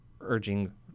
urging